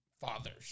Fathers